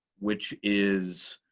which is,